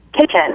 kitchen